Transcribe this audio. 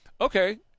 Okay